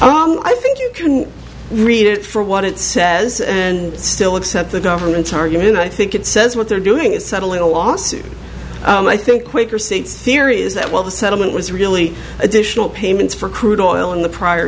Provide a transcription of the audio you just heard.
can read it for what it says and still accept the government's argument i think it says what they're doing is settling a lawsuit and i think quicker seats theory is that while the settlement was really additional payments for crude oil in the prior